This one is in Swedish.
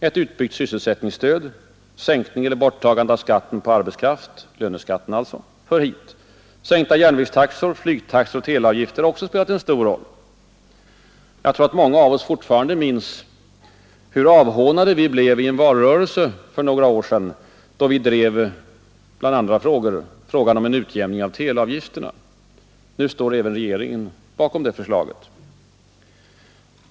Ett utbyggt sysselsättningsstöd, sänkning eller borttagande av skatten på arbetskraft — löneskatten alltså — hör hit. Sänkta järnvägstaxor, flygtaxor och teleavgifter har också spelat en stor roll. Jag tror att många av oss fortfarande minns hur avhånade vi blev i en valrörelse för några år sedan, då vi bland andra frågor drev frågan om en utjämning av teleavgifterna. Nu står även regeringen bakom det förslaget.